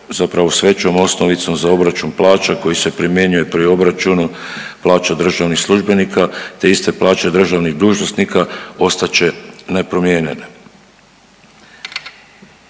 zapravo s većom osnovicom za obračun plaća koji se primjenjuje pri obračunu plaća državnih službenika, te iste plaće državnih dužnosnika ostat će nepromijenjene.